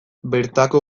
bertako